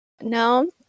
No